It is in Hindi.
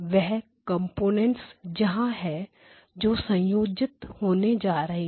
वे कंपोनेंट्स कहां है जो संयोजित होने जा रहे हैं